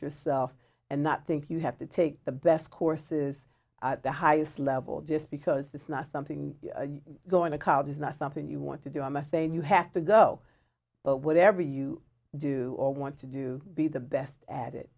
yourself and not think you have to take the best courses at the highest level just because that's not something going to college is not something you want to do i must say and you have to go but whatever you do or want to do be the best at it